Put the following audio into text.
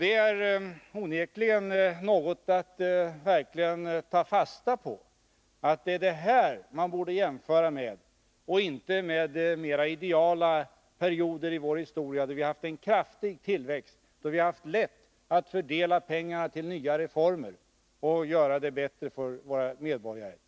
Det är onekligen något att ta fasta på, och det är den jämförelsen man bör göra, inte en jämförelse med mera ideala perioder i vår historia då vi haft en kraftig tillväxt, då vi haft lätt att fördela pengar till nya reformer och göra det bättre för våra medborgare.